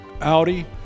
Audi